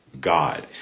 God